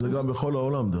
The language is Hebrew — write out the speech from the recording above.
זה בכל העולם.